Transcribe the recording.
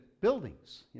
Buildings